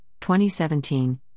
2017